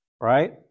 right